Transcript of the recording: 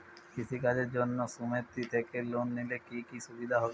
কৃষি কাজের জন্য সুমেতি থেকে লোন নিলে কি কি সুবিধা হবে?